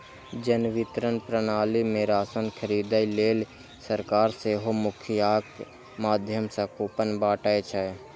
जन वितरण प्रणाली मे राशन खरीदै लेल सरकार सेहो मुखियाक माध्यम सं कूपन बांटै छै